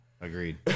Agreed